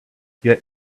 yet